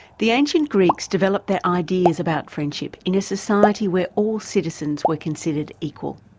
the ancient greeks developed their ideas about friendship in a society where all citizens were considered equal.